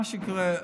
מה שקורה,